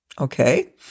Okay